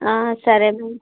సరే అండి